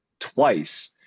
twice